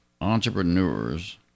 entrepreneurs